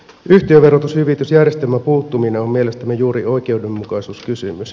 yhtiöverotushyvitysjärjestelmään puuttuminen on mielestämme juuri oikeudenmukaisuuskysymys